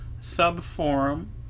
sub-forum